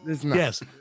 Yes